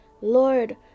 Lord